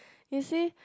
you see